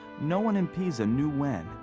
no one in pisa knew when,